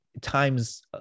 times